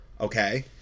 okay